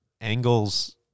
angles